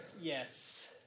Yes